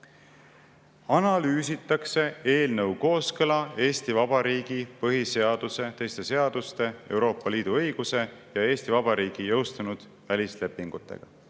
analüüsitakse eelnõu kooskõla Eesti Vabariigi põhiseaduse, teiste seaduste, Euroopa Liidu õiguse ja Eesti Vabariigi jõustunud välislepingutega."